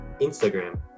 Instagram